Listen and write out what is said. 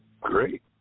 Great